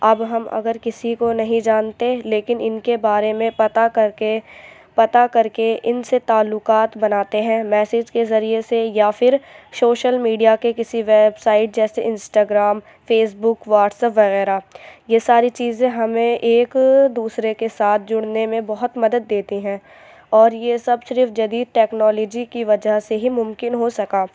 اب ہم اگر کسی کو نہیں جانتے لیکن ان کے بارے میں پتہ کر کے پتہ کر کے ان سے تعلقات بناتے ہیں میسج کے ذریعے سے یا پھر شوشل میڈیا کے کسی ویب سائٹ جیسے Instagram Facebook WhatsApp وغیرہ یہ ساری چیزیں ہمیں ایک دوسرے کے ساتھ جڑنے میں بہت مدد دیتی ہیں اور یہ سب صرف جدید ٹیکنالوجی کی وجہ سے ہی ممکن ہو سکا